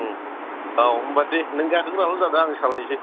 औ होनबा दे नों गाखोग्राल' जादो आं सालायनोसै